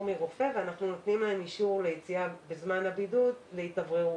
מרופא ואנחנו נותנים להם אישור ליציאה בזמן הבידוד להתאווררות,